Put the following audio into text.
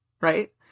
Right